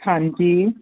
ਹਾਂਜੀ